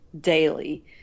daily